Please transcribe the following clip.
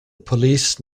police